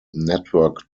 network